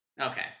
Okay